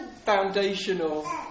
foundational